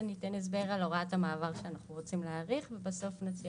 על הוראת המעבר שאנחנו רוצים להאריך ובסוף נציע